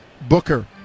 booker